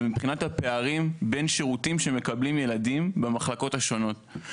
ומבחינת הפערים בין שירותים שמקבלים ילדים במחלקות השונות.